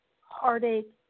heartache